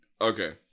Okay